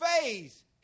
phase